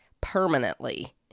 permanently